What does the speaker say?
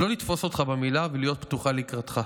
לא לתפוס אותך במילה ולהיות פתוחה לקראתך.